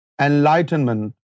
enlightenment